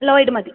Lloyd മതി